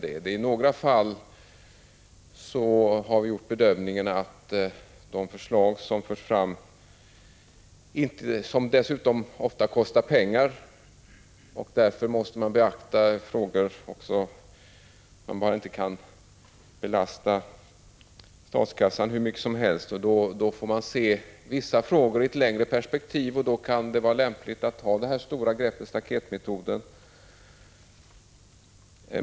I några fall har vi gjort bedömningen att vissa förslag som har förts fram — vilkas förverkligande dessutom oftast skulle kosta pengar, något som måste beaktas, eftersom man inte kan belasta statskassan hur mycket som helst — måste ses i ett längre perspektiv. Och då kan det vara lämpligt att använda det stora greppet, staketmetoden.